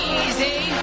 easy